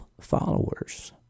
followers